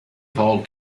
hall